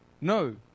No